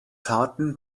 harten